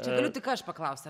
čia galiu tik aš paklausti